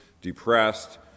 depressed